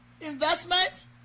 investment